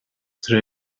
tar